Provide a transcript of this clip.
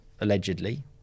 allegedly